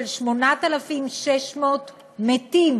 של 8,600 מתים